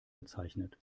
bezeichnet